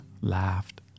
laughed